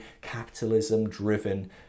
capitalism-driven